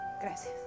Gracias